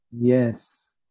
Yes